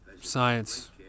Science